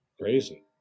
crazy